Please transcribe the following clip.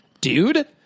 dude